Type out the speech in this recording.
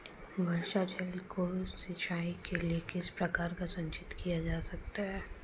वर्षा जल को सिंचाई के लिए किस प्रकार संचित किया जा सकता है?